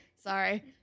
Sorry